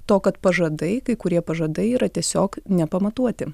to kad pažadai kai kurie pažadai yra tiesiog nepamatuoti